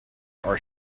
are